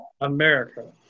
America